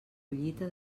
collita